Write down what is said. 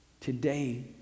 Today